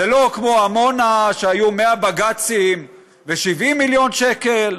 זה לא כמו עמונה שהיו 100 בג"צים ו-70 מיליון שקל.